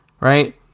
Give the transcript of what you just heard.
right